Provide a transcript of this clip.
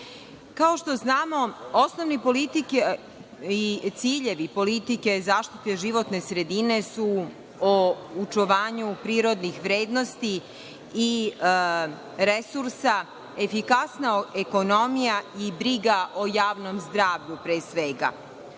što znamo, osnovi politike i ciljevi politike Zaštite životne sredine su o očuvanju prirodnih vrednosti i resursa, efikasna ekonomija i briga o javnom zdravlju, pre